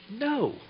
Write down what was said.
No